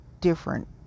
different